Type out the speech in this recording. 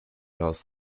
last